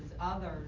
others